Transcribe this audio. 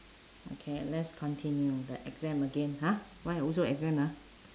okay and let's continue the exam again !huh! why also exam ah